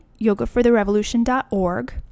yogafortherevolution.org